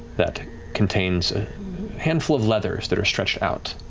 that contains handful of leathers that are stretched out.